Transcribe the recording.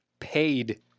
paid